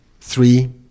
three